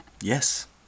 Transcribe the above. Yes